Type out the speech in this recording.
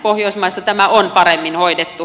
pohjoismaissa tämä on paremmin hoidettu